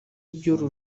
iby’uru